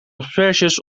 asperges